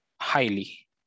highly